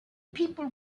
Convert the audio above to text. people